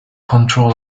control